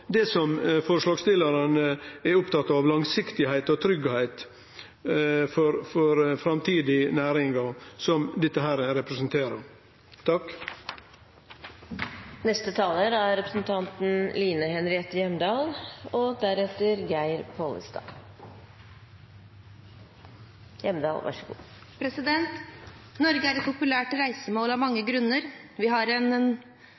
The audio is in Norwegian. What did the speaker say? det som forslagsstillarane er opptatt av, å vere langsiktig og ha tryggleik for framtidige næringar, som dette representerer. Norge er et populært reisemål av